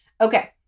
Okay